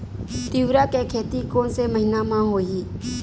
तीवरा के खेती कोन से महिना म होही?